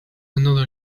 another